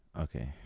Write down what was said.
Okay